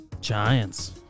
Giants